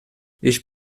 ich